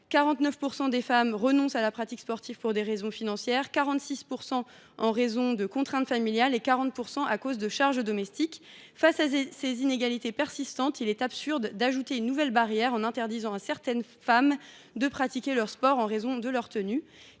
49 % des femmes renoncent à la pratique sportive pour des raisons financières, 46 % en raison de contraintes familiales et 40 % à cause de charges domestiques. Face à ces inégalités persistantes, il est absurde d’ajouter une nouvelle barrière en interdisant à certaines femmes de pratiquer en raison de leur tenue